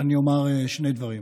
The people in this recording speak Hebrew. אני אומר שני דברים: